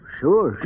sure